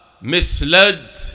misled